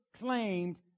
claimed